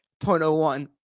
0.01